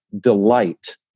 delight